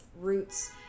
roots